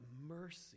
mercy